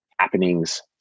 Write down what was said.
happenings